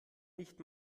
nicht